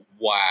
Wow